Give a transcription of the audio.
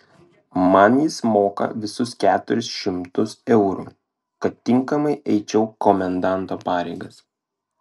man jis moka visus keturis šimtus eurų kad tinkamai eičiau komendanto pareigas